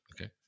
Okay